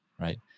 right